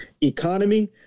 economy